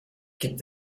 gibt